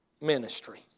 ministry